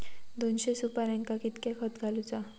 दोनशे सुपार्यांका कितक्या खत घालूचा?